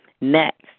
Next